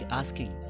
asking